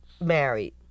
married